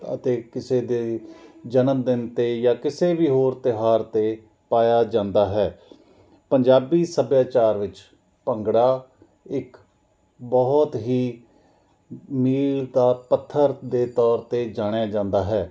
ਅਤੇ ਕਿਸੇ ਦੇ ਜਨਮਦਿਨ 'ਤੇ ਜਾਂ ਕਿਸੇ ਵੀ ਹੋਰ ਤਿਓਹਾਰ 'ਤੇ ਪਾਇਆ ਜਾਂਦਾ ਹੈ ਪੰਜਾਬੀ ਸੱਭਿਆਚਾਰ ਵਿੱਚ ਭੰਗੜਾ ਇੱਕ ਬਹੁਤ ਹੀ ਨੀਂਹ ਦਾ ਪੱਥਰ ਦੇ ਤੌਰ 'ਤੇ ਜਾਣਿਆ ਜਾਂਦਾ ਹੈ